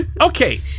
Okay